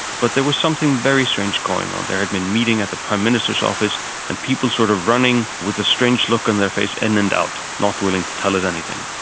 but there was something very strange going on. there had been a meeting at the prime minister's office and people sort of running with a strange look on their face in and out, not willing to tell us anything.